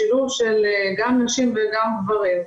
גברים.